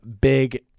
big